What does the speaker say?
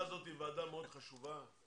היא ועדה מאוד חשובה.